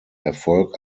erfolg